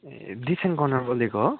Dichen corner बोलेको हो